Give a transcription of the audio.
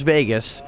Vegas